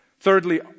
Thirdly